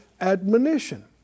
admonition